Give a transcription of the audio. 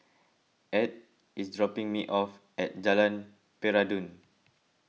Ed is dropping me off at Jalan Peradun